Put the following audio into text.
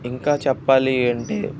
ఇంకా చెప్పాలి అంటే